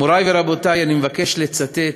מורי ורבותי, אני מבקש לצטט